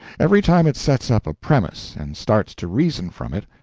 every time it sets up a premise and starts to reason from it,